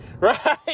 right